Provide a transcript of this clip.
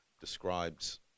describes